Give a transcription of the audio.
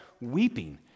weeping